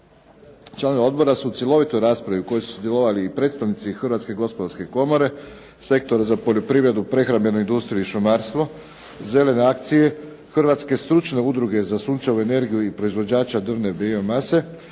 članovi odbora su u cjelovitoj raspravi u kojoj su sudjelovali i predstavnici Hrvatske gospodarske komore, Sektor za poljoprivredu, prehrambenu industriju i šumarstvo, "Zelene akcije", Hrvatske stručne udruge za sunčevu energiju i proizvođača drvne biomase